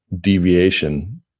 deviation